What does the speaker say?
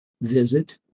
visit